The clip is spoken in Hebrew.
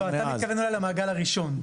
לא, אתה מתכוון למעגל הראשון.